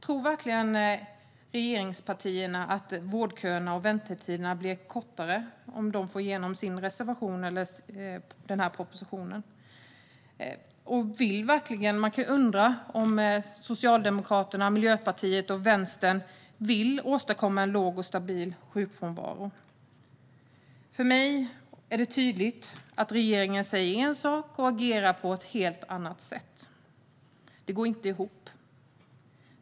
Tror verkligen regeringspartierna att vårdköerna och väntetiderna blir kortare om de får igenom sin proposition? Man kan undra om Socialdemokraterna, Miljöpartiet och Vänsterpartiet verkligen vill åstadkomma en låg och stabil sjukfrånvaro. För mig är det tydligt att regeringen säger en sak och agerar på ett helt annat sätt. Det går inte ihop.